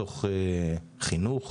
מתוך חינוך,